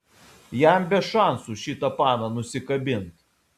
jam be šansų šitą paną nusikabint